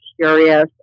curious